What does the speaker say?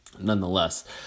Nonetheless